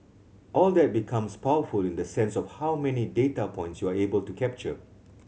all that becomes powerful in the sense of how many data points you are able to capture